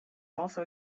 also